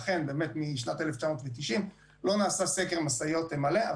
אכן משנת 1990 לא נעשה סקר משאיות מלא.